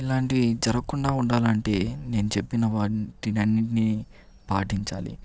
ఇలాంటివి జరగకుండా ఉండాలంటే నేను చెప్పిన వాటినన్నింటిని పాటించాలి